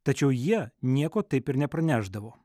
tačiau jie nieko taip ir nepranešdavo